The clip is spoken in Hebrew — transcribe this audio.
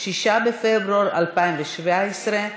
6 בפברואר 2017,